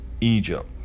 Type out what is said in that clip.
Egypt